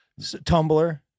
tumblr